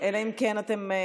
אלא אם כן אתם,